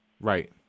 Right